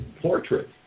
portrait